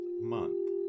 month